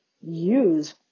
use